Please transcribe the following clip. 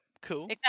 Cool